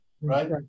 right